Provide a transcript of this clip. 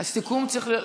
במסגרת הסיכום של,